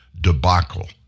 debacle